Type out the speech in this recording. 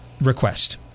request